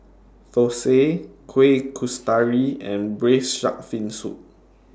Thosai Kuih Kasturi and Braised Shark Fin Soup